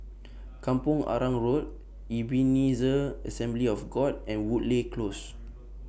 Kampong Arang Road Ebenezer Assembly of God and Woodleigh Close